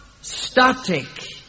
static